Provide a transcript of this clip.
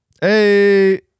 Hey